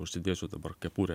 užsidėsiu dabar kepurę